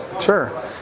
Sure